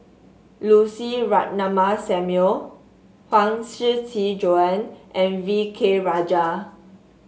Lucy Ratnammah Samuel Huang Shiqi Joan and V K Rajah